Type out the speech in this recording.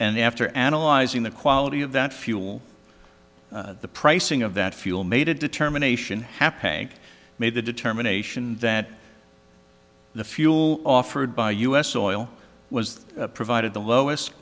and after analyzing the quality of that fuel the pricing of that fuel made a determination happy made the determination that the fuel offered by us oil was provided the lowest